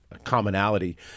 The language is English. commonality